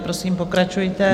Prosím, pokračujte.